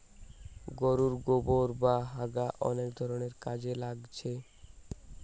গোরুর গোবোর বা হাগা অনেক ধরণের কাজে লাগছে